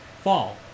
fall